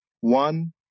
one